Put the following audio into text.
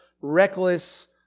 reckless